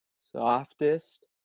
softest